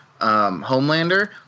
Homelander